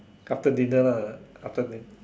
after dinner lah after dinner